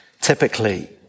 typically